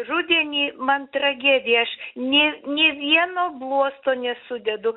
rudenį man tragedija aš nė nė vieno bluosto nesudedu